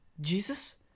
Jesus